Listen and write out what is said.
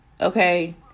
okay